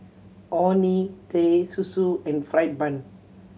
Orh Nee Teh Susu and fried bun